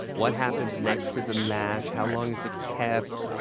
what happens next to the mash? how long is it kept?